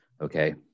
okay